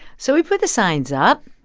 so we put the signs up,